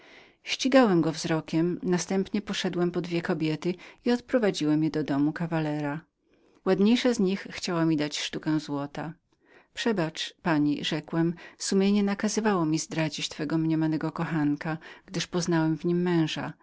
ścigałem go wzrokiem następnie poszedłem po dwie kobiety i odprowadziłem je do domu kawalera młodsza chciała mi dać sztukę złota przebacz pani rzekłem sumienie nakazywało mi zdradzić twego mniemanego kochanka gdyż poznałem w nim męża